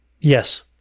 Yes